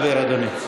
אדוני.